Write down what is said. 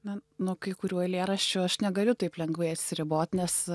na nuo kai kurių eilėraščių aš negaliu taip lengvai atsiribot nes